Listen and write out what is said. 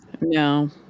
No